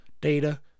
data